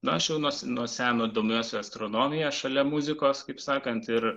na aš jau nuo nuo seno domiuosi astronomija šalia muzikos kaip sakant ir